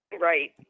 right